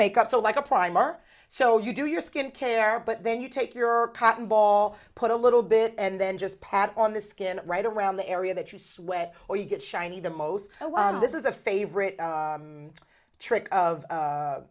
makeup so like a primer so you do your skin care but then you take your cotton ball put a little bit and then just pat on the skin right around the area that you sweat or you get shiny the most this is a favorite trick of